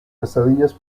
pesadillas